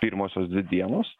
pirmosios dvi dienos